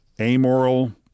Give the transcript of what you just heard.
amoral